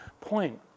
point